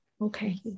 Okay